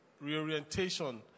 reorientation